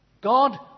God